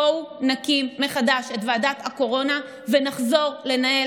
בואו נקים מחדש את ועדת הקורונה ונחזור לנהל